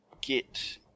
get